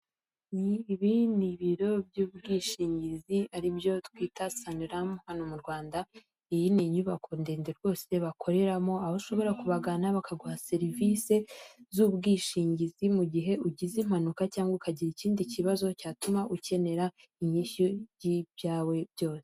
Ibi ni ibiro by'ubwishingizi ari byo twita sanilamu hano mu Rwanda iyi ni inyubako ndende rwose bakoreramo, aho ushobora kubagana bakaguha serivisi z'ubwishingizi mu gihe ugize impanuka cyangwa ukagira ikindi kibazo cyatuma ukenera inyishyu y'ibyawe byose.